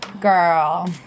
Girl